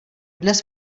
dnes